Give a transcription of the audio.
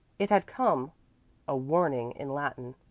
it had come a warning in latin.